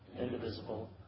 indivisible